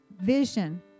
vision